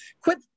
quit